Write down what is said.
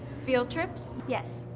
field trips? yes.